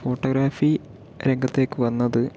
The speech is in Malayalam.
ഫോട്ടോഗ്രാഫി രംഗത്തേക്ക് വന്നത്